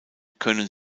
können